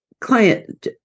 client